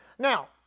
Now